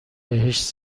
بهش